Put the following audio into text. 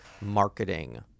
marketing